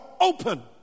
open